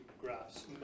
graphs